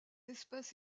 espèce